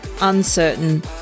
uncertain